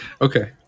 Okay